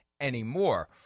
anymore